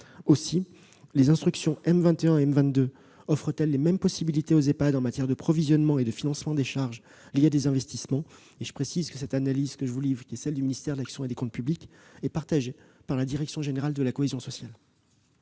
Aussi les instructions M21 et M22 offrent-elles les mêmes possibilités aux Ehpad en matière de provisionnement et de financement des charges liées à des investissements. Cette analyse du ministère de l'action et des comptes publics est partagée par la direction générale de la cohésion sociale.